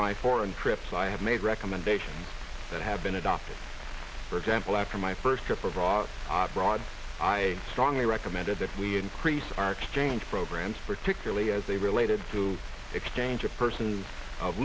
my foreign trips i have made recommendations that have been adopted for example after my first trip abroad broad i strongly recommended that we increase our exchange programs particularly as they related to exchange of persons of